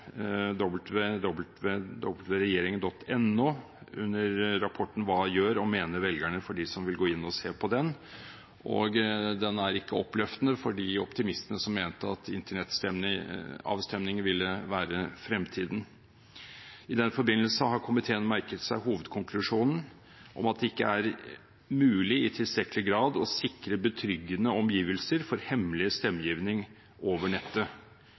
under Rapporten Internettvalg – Hva gjør og mener velgerne? – for dem som vil gå inn og se på den. Den er ikke oppløftende for de optimistene som mente at internettavstemninger ville være fremtiden. I den forbindelse har komiteen merket seg hovedkonklusjonen om at det ikke er mulig i tilstrekkelig grad å sikre betryggende omgivelser for hemmelig stemmegivning over nettet